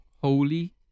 holy